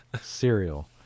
cereal